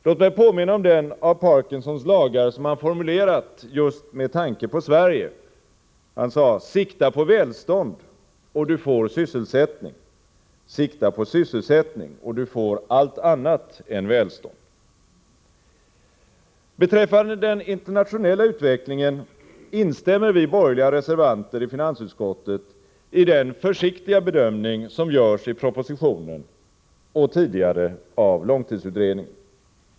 Låt mig påminna om den av Parkinsons lagar som han formulerat just med tanke på Sverige: ”Sikta på välstånd och du får sysselsättning, sikta på sysselsättning och du får allt annat än välstånd.” Beträffande den internationella utvecklingen instämmer vi borgerliga reservanter i finansutskottet i den försiktiga bedömning som görs i propositionen och tidigare av långtidsutredningen.